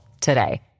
today